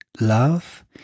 love